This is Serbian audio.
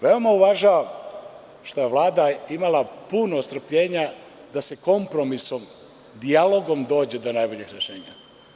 Veoma uvažavam što je Vlada imala puno strpljenja da se kompromisom, dijalogom dođe do najboljeg rešenja.